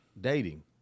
dating